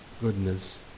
goodness